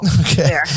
Okay